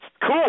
Cool